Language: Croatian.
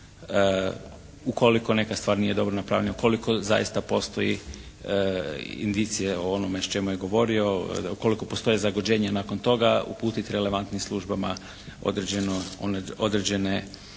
ukoliko neka stvar nije dobro napravljena. Ukoliko zaista postoji indicije o onome o čemu je govorio. Ukoliko postoje zagađenja nakon toga uputiti relevantnim službama određeno,